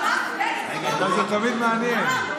מעניין, אבל זה תמיד מעניין.